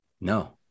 No